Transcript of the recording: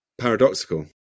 paradoxical